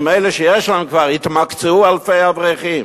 אם אלה שיש להם כבר, התמקצעו, אלפי אברכים,